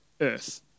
earth